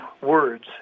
words